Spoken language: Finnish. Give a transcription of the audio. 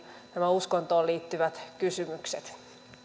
nämä uskontoon liittyvät kysymykset